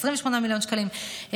28 מיליון שקלים,